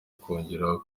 akongeraho